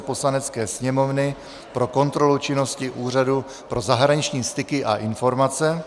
Poslanecké sněmovny pro kontrolu činnosti Úřadu pro zahraniční styky a informace,